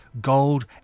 gold